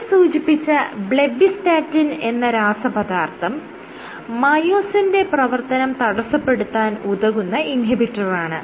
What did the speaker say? മേൽ സൂചിപ്പിച്ച ബ്ലെബിസ്റ്റാറ്റിൻ എന്ന രാസപദാർത്ഥം മയോസിന്റെ പ്രവർത്തനം തടസ്സപ്പെടുത്താൻ ഉതകുന്ന ഇൻഹിബിറ്ററാണ്